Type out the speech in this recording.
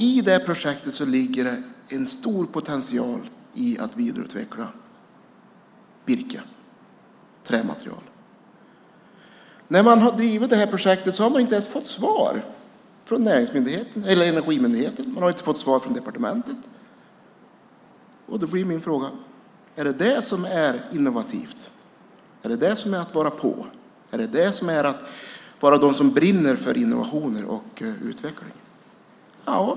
I det projektet ligger en stor potential i att vidareutveckla virke och trämaterial. När man har drivit det här projektet har man inte ens fått svar från Energimyndigheten. Man har inte fått svar från departementet. Min fråga blir då: Är detta innovativt? Är detta att vara på? Är det att brinna för innovationer och utveckling?